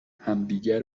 همدیگه